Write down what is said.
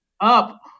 up